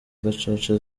gacaca